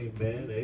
Amen